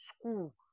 school